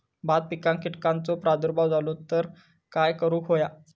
भात पिकांक कीटकांचो प्रादुर्भाव झालो तर काय करूक होया?